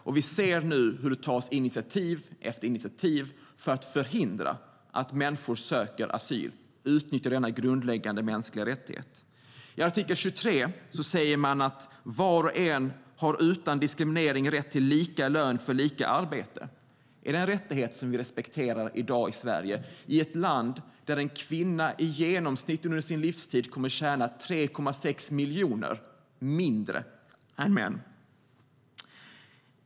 Och vi ser nu hur det tas initiativ efter initiativ för att förhindra att människor söker asyl och utnyttjar denna grundläggande mänskliga rättighet. I artikel 23 säger man: "Var och en har utan diskriminering rätt till lika lön för lika arbete." Är det en rättighet som vi respekterar i dag i Sverige, i ett land där en kvinna i genomsnitt under sin livstid kommer att tjäna 3,6 miljoner mindre än män?